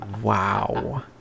wow